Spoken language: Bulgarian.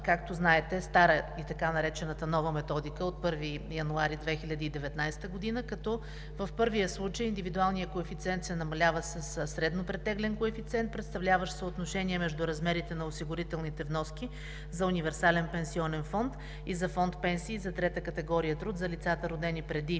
Както знаете, има стара и така наречена нова методика от 1 януари 2019 г., като в първия случай индивидуалният коефициент се намалява със средно претеглен коефициент, представляващ съотношение между размерите на осигурителните вноски за универсален пенсионен фонд и за фонд „Пенсии“ за трета категория труд за лицата, родени преди